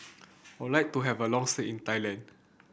would like to have a long stay in Thailand